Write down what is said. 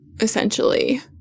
essentially